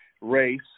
race